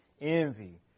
envy